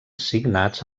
signats